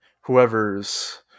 whoever's